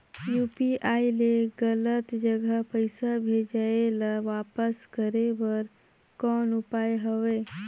UPI ले गलत जगह पईसा भेजाय ल वापस करे बर कौन उपाय हवय?